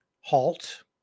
halt